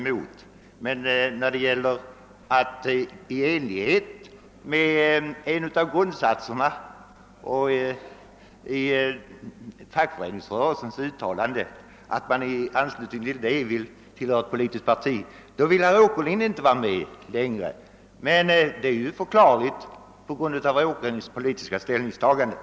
Men när det gäller att de fackliga organisationerna skall kunna besluta om att de vill tillhöra ett politiskt parti vill herr Åkerlind inte längre vara med. Men det är ju förklarligt på grund av herr åÅkerlinds politiska ställningstagande.